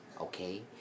okay